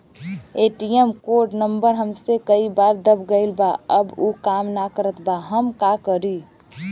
ATM क code number हमसे कई बार दब गईल बा अब उ काम ना करत बा हम का करी?